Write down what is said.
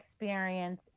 experience